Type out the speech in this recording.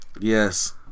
Yes